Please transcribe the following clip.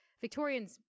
Victorians